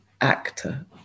actor